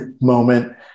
moment